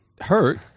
hurt